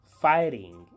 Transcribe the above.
fighting